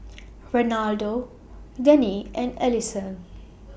Reynaldo Dennie and Alisson